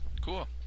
Cool